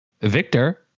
victor